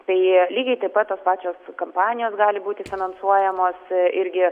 tai lygiai taip pat tos pačios kampanijos gali būti finansuojamos irgi